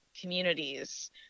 communities